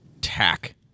tack